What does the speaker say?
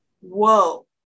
Whoa